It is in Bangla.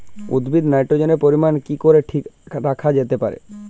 উদ্ভিদে নাইট্রোজেনের পরিমাণ কি করে ঠিক রাখা যেতে পারে?